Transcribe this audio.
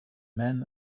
men